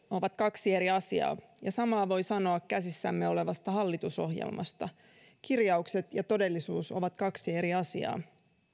ovat kaksi eri asiaa ja samaa voi sanoa käsissämme olevasta hallitusohjelmasta kirjaukset ja todellisuus ovat kaksi eri asiaa